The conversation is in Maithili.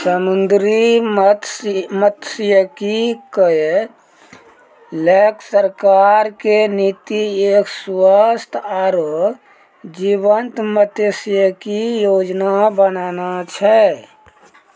समुद्री मत्सयिकी क लैकॅ सरकार के नीति एक स्वस्थ आरो जीवंत मत्सयिकी योजना बनाना छै